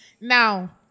Now